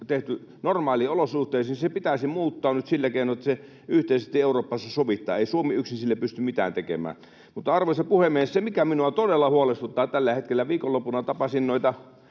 tehty normaaliolosuhteisiin, se pitäisi muuttaa sillä keinoin, että se yhteisesti Euroopassa sovitaan. Ei Suomi yksin sille pysty mitään tekemään. Arvoisa puhemies! Se, mikä minua todella huolestuttaa tällä hetkellä: Viikonloppuna tapasin